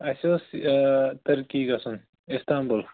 اسہِ اوس یہِ تُرکی گَژھُن اِستانٛمبُل